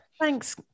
Thanks